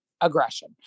aggression